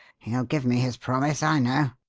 he'll give me his promise, i know.